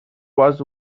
was